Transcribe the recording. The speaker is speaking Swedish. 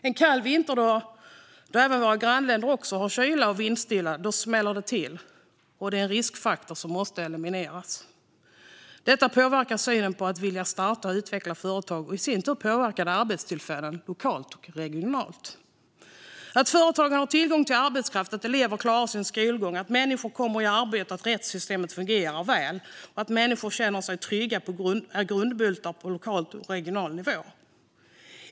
En kall vinterdag då även våra grannländer har kyla och vindstilla smäller det till, vilket är en riskfaktor som måste elimineras. Detta påverkar viljan att starta och utveckla företag och sin tur arbetstillfällen lokalt och regionalt. Att företagen har tillgång till arbetskraft, att elever klarar sin skolgång, att människor kommer i arbete, att rättssystemet fungerar väl och att människor känner sig trygga är grundbultar på lokal och regional nivå.